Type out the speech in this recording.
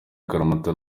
akaramata